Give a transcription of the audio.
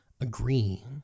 agree